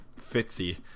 Fitzy